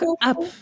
up